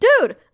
Dude